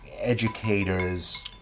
educators